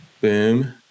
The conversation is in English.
Boom